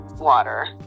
water